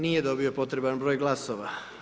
Nije dobio potreban broj glasova.